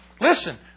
listen